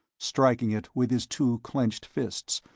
striking it with his two clenched fists,